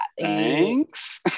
Thanks